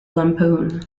lampoon